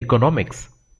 economics